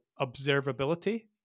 observability